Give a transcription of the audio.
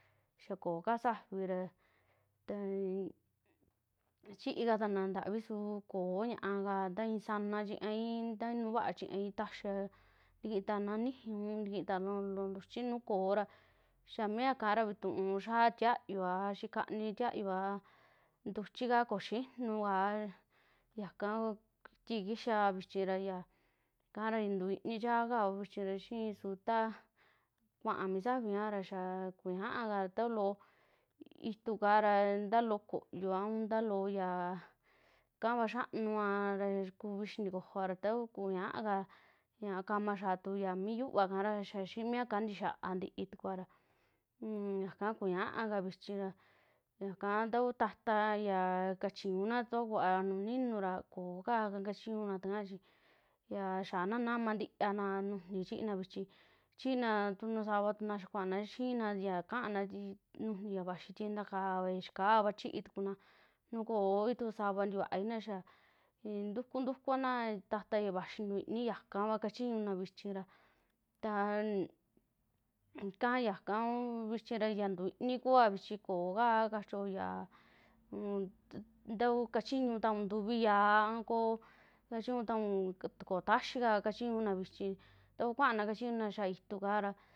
Xiaa koo ka saavi ra, taa chi'i katana ntavi su koo ña'a kaa ntaa i'i sanaa chiñai nta nuu vaa chiñai taxia ntikitana nixii un ntikitatu loo ntuchi, nuu koora xiaa mia kara tuu xiaa tiayuaa xii kani tiayua ntuchika ko xiinuu kaa yaka kuiti kixaa vichira ya yaka ra tuini chaaka vichira xii su taa kuaa mi saavi ñaajara ra kuñaaka ta loo ituu kaara, nta loo kooyo a un nta loo ya kavaa xianua ra kuvi xintikojoa ta takuu kuñaaka ña kama xiatu taku mi yuvaa kara xaa xi'i miaka ntiixiaa ntii tukuara un yaka kuñaa kaa vichi ra, yaka taa kuu taata kaa ya kachiñuna ta nuu ninu ra koo kaaka kachiñuna taaka chi ya xiaana namantiaana nujni chiina vichi, chiina tu nuu savatuna xaa kuaana xiina ya kaana nujni ya vayii tiendakaa, ya xaa kavaa chii tukuna nu kooitu sava ntivaaina xaa ntuku, ntukuana tataa ya vaxii nuu iinii yakava kachiñuna vichira taa ika yaka uu vichi ra ya ntuiini kua kachio ya un takuu kachiñutaun ntuvii yaa a koo kachiñutaun ta koo taxiica kachiñuna vichi ta u kuaana kachiñuna xaa ituu kaara.